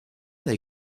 they